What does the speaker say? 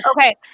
okay